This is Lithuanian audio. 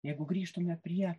jeigu grįžtume prie